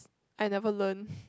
I never learned